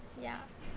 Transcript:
ya